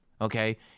okay